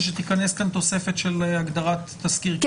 שתיכנס כאן תוספת של הגדרת תסקיר קהילתי,